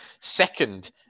second